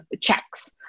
checks